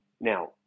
Now